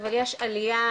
אבל עלייה